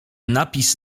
napis